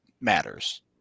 matters